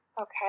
okay